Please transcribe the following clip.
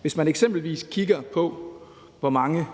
Hvis man eksempelvis kigger på, hvor mange